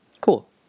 cool